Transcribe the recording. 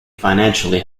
financially